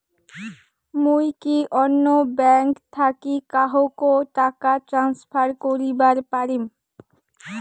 মুই কি অন্য ব্যাঙ্ক থাকি কাহকো টাকা ট্রান্সফার করিবার পারিম?